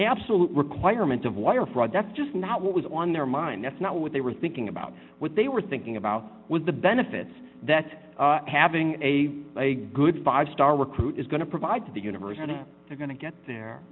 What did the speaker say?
absolute requirement of wire fraud that's just not what was on their mind that's not what they were thinking about what they were thinking about with the benefits that having a a good five star recruit is going to provide to the university they're going to get there